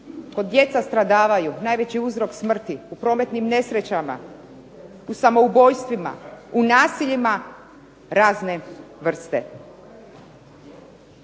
kad djeca stradavaju najveći uzrok smrti u prometnim nesrećama, u samoubojstvima, u nasiljima razne vrste.